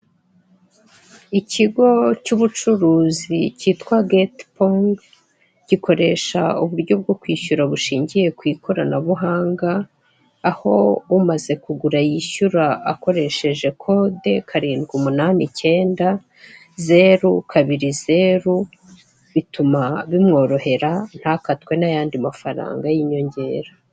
Ikigo cy'ubucuruzi cyitwa geti pongi, gikoresha uburyo bwo kwishyura bushingiye ku ikoranabuhanga, aho umaze kugura yishyura akoresheje kode, karindwi umunani icyenda, zeru kabiri zeru. Bituma bimworohera ntakatwe n'ayandi mafaranga y'inyongera.